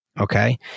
Okay